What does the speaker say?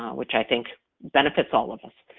which i think benefits all of us.